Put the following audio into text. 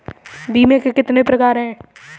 बीमे के कितने प्रकार हैं?